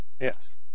Yes